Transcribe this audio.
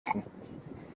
essen